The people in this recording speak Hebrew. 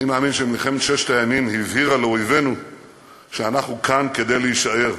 אני מאמין שמלחמת ששת הימים הבהירה לאויבינו שאנחנו כאן כדי להישאר.